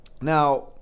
Now